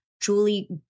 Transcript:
Julie